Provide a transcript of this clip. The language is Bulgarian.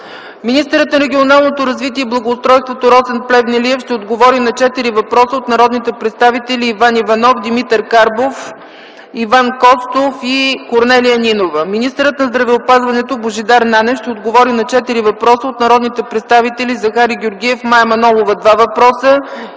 Министърът на регионалното развитие и благоустройството Росен Плевнелиев ще отговори на четири въпроса от народните представители Иван Иванов, Димитър Карбов, Иван Костов и Корнелия Нинова. Министърът на здравеопазването Божидар Нанев ще отговори на четири въпроса от народните представители Захари Георгиев и Мая Манолова – два въпроса,